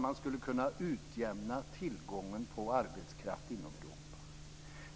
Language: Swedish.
Man skulle utjämna tillgången på arbetskraft inom Europa.